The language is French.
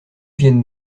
viennent